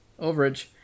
overage